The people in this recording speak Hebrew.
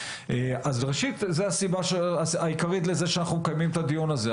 אז ראשית זו הסיבה העיקרית לזה שאנחנו מקיימים את הדיון הזה,